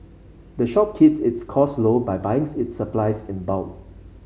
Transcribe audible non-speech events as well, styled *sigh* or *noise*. the shop *unintelligible* its costs low by buying its supplies in bulk